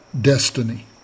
destiny